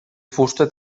fusta